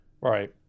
Right